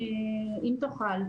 אם תוכל,